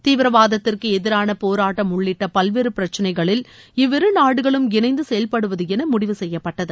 தீவிரவாதத்திற்கு எதிரான போராட்டம் உள்ளிட்ட பல்வேறு பிரச்சனைகளில் இவ்விரு நாடுகளும் இணைந்து செயல்படுவதென முடிவு செய்யப்பட்டது